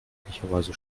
üblicherweise